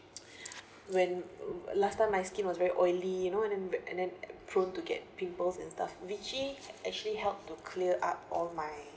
when last time my skin was very oily you know and and and then prone to get pimples and stuff vichy actually help to clear up all my